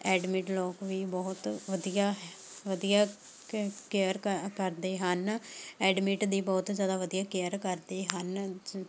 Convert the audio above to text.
admit ਲੋਕ ਵੀ ਬਹੁਤ ਵਧੀਆ ਵਧੀਆ ਕ ਕੇਅਰ ਕਰਦੇ ਹਨ ਐਡਮਿਟ ਦੀ ਬਹੁਤ ਜ਼ਿਆਦਾ ਵਧੀਆ ਕੇਅਰ ਕਰਦੇ ਹਨ